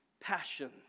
passion